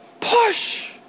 Push